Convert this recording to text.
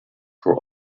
were